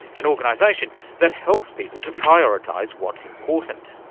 an organisation that helps people to prioritise what's important.